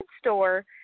store